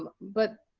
but,